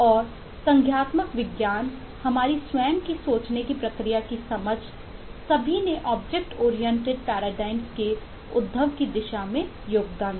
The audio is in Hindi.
और संज्ञानात्मक विज्ञान हमारी स्वयं की सोचने की प्रक्रिया की समझ सभी ने ऑब्जेक्ट ओरिएंटेड पैराडाइमस् के उद्भव की दिशा में योगदान दिया